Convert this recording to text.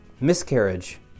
miscarriage